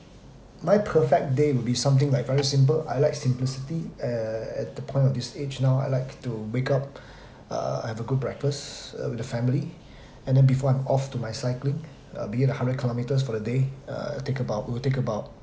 my perfect day will be something like very simple I like simplicity uh at the point of this age now I like to wake up uh have a good breakfast uh with the family and then before I'm off to my cycling uh be it a hundred kilometres for the day uh take about will take about